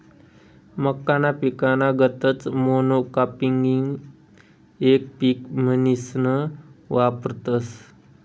मक्काना पिकना गतच मोनोकापिंगबी येक पिक म्हनीसन वापरतस